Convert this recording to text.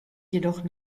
jedoch